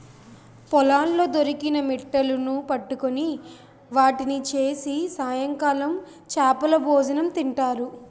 పొలాల్లో దొరికిన మిట్టలును పట్టుకొని వాటిని చేసి సాయంకాలం చేపలభోజనం తింటారు